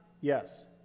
Yes